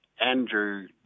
Andrew